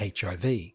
HIV